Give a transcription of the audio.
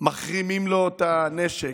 מחרימים לו את הנשק,